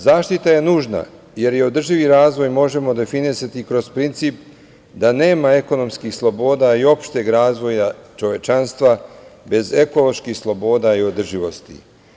Zaštita je nužna jer održivi razvoj možemo definisati kroz princip da nema ekonomskih sloboda i opšteg razvoja čovečanstva bez ekoloških sloboda i održivosti.